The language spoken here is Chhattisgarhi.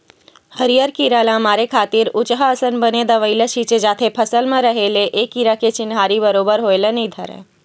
हरियर कीरा ल मारे खातिर उचहाँ असन बने दवई ल छींचे जाथे फसल म रहें ले ए कीरा के चिन्हारी बरोबर होय ल नइ धरय